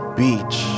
beach